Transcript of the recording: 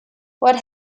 what